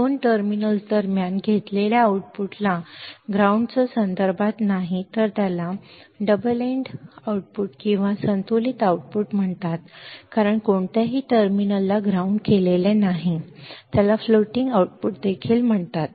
दोन टर्मिनल्स दरम्यान घेतलेल्या आउटपुटला जमिनीच्या संदर्भात नाही तर डबल एन्ड आउटपुट किंवा संतुलित आउटपुट म्हणतात कारण कोणत्याही टर्मिनलला ग्राउंड केलेले नाही त्याला फ्लोटिंग आउटपुट देखील म्हणतात